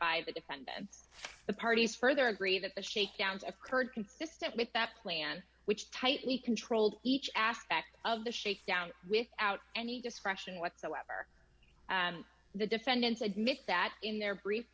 by the defendants the parties further agree that the shakedowns occurred consistent with that plan which tightly controlled each aspect of the shakedown without any discretion whatsoever the defendants admit that in their brief